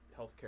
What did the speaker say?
healthcare